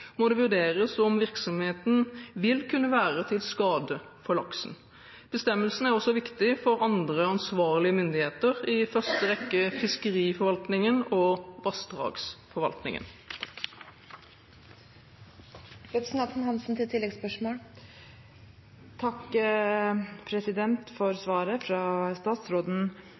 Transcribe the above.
må det vurderes om virksomheten vil kunne være til skade for laksen. Bestemmelsen er også viktig for andre ansvarlige myndigheter, i første rekke fiskeriforvaltningen og